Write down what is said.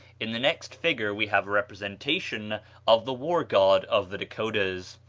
in the next figure we have a representation of the war-god of the dakotas,